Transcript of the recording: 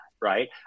right